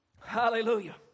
hallelujah